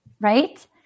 right